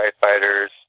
Fighters